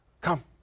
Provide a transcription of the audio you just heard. Come